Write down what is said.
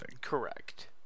Correct